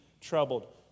troubled